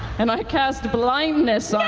and i cast blindness